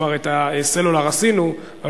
כבר עשינו את הסלולר,